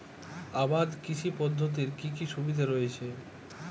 আবাদ কৃষি পদ্ধতির কি কি সুবিধা রয়েছে?